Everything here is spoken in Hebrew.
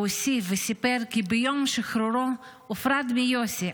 הוא הוסיף וסיפר כי ביום שחרורו הוא הופרד מיוסי,